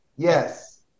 Yes